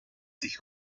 sich